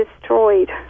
destroyed